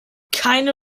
keine